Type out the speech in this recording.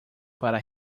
para